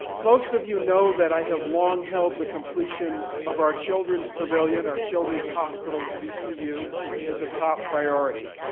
most of you know that i have long held the completion of our children's pavilion, our children's hospital at vcu as a top priority.